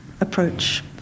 approach